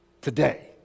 today